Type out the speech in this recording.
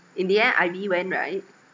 in the end ivy went right